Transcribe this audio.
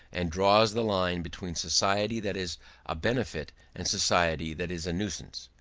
and draws the line between society that is a benefit and society that is a nuisance.